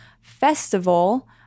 festival